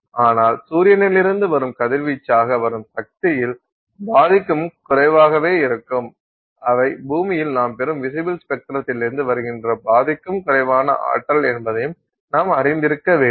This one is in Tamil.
ஆனால் சூரியனில் இருந்து வரும் கதிர்வீச்சாக வரும் சக்தியில் பாதிக்கும் குறைவாகவே இருக்கும் அவை பூமியில் நாம் பெறும் விசிபில் ஸ்பெக்ட்ரத்திலிருந்து வருகின்ற பாதிக்கும் குறைவான ஆற்றல் என்பதையும் நாம் அறிந்திருக்க வேண்டும்